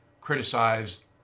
criticized